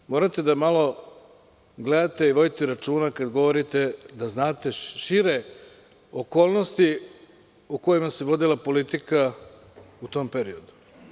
Ali, morate malo da gledate i vodite računa kada govorite da znate šire okolnosti u kojima se vodila politika u tom periodu.